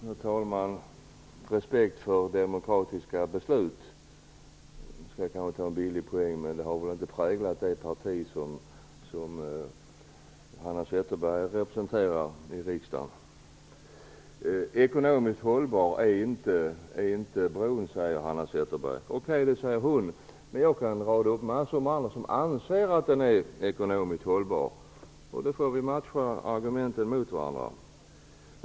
Herr talman! Jag tar kanske en billig poäng, men jag vill ändå säga att respekt för demokratiska beslut väl inte har präglat det parti som Hanna Zetterberg representerar i riksdagen. Hanna Zetterberg säger att bron inte är ekonomiskt hållbar. Ja, det säger hon, men jag känner mängder av personer som anser att den är ekonomiskt hållbar. Vi får matcha våra argument mot varandra.